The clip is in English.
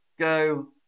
Go